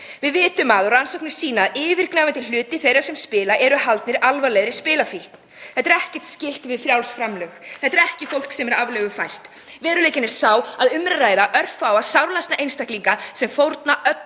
Við vitum að rannsóknir sýna að yfirgnæfandi hluti þeirra sem spila eru haldnir alvarlegri spilafíkn. Þetta á ekkert skylt við frjáls framlög. Þetta er ekki fólk sem er aflögufært. Veruleikinn er sá að um er að ræða örfáa sárlasna einstaklinga sem fórna öllu